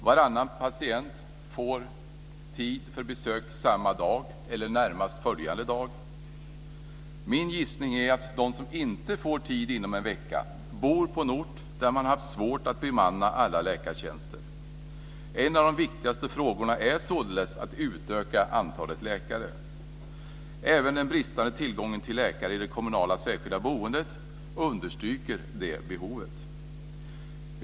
Varannan patient får tid för besök samma dag eller följande dag. Min gissning är att de som inte får tid inom en vecka bor på en ort där man haft svårt att bemanna alla läkartjänster. En av de viktigaste frågorna gäller således att utöka antalet läkare. Även den bristande tillgången på läkare i det kommunala särskilda boendet understryker detta behov.